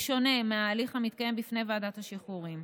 בשונה מההליך המתקיים בפני ועדת השחרורים.